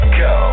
go